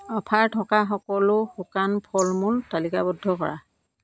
offer থকা সকলো শুকান ফল মূল তালিকাবদ্ধ কৰা